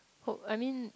hope I mean